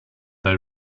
they